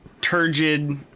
turgid